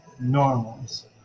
normals